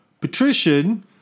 Patrician